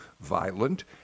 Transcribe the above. violent